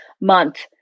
month